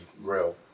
real